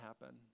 happen